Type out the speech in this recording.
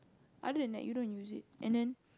other than that you don't use it and then